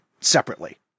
separately